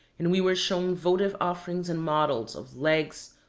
and we were shown votive offerings and models of legs,